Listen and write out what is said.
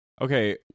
Okay